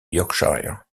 yorkshire